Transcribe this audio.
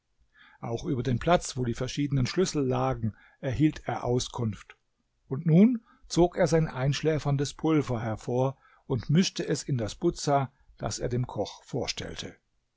auch über den platz wo die verschiedenen schlüssel lagen erhielt er auskunft und nun zog er sein einschläferndes pulver hervor und mischte es in das buza das er dem koch vorstellte